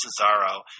Cesaro